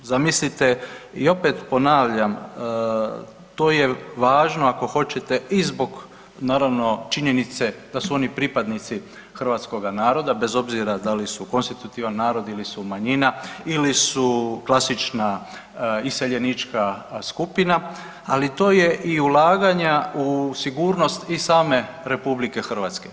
Zamislite i opet ponavljam to je važno ako hoćete i zbog naravno činjenice da su oni pripadnici hrvatskoga naroda, bez obzira da li su konstitutivan narod ili su manjina ili su klasična iseljenička skupina, ali to je i ulaganja u sigurnost i same RH.